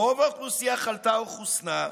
רוב האוכלוסייה חלתה או חוסנה,